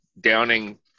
downing